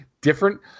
different